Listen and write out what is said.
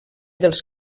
dels